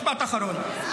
משפט אחרון,